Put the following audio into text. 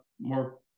more